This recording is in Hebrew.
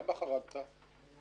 למה חרגת?